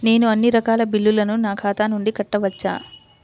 నేను అన్నీ రకాల బిల్లులను నా ఖాతా నుండి కట్టవచ్చా?